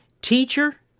Teacher